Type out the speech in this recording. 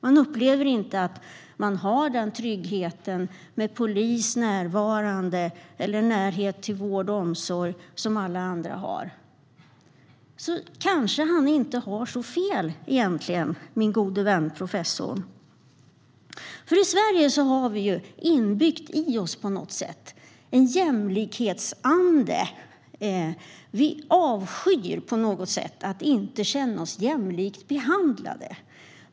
Man upplever inte att man har den trygghet med polis närvarande eller den närhet till vård och omsorg som alla andra har. Kanske har han inte så fel egentligen, min gode vän professorn. I Sverige har vi en jämlikhets-ande inom oss. Vi avskyr att inte känna oss jämlikt behandlade.